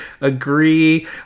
agree